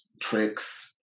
tricks